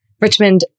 Richmond